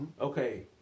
Okay